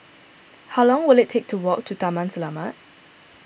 how long will it take to walk to Taman Selamat